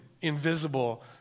invisible